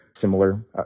similar